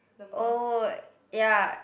oh ya